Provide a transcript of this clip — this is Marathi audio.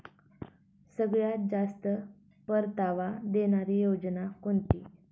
सगळ्यात जास्त परतावा देणारी योजना कोणती?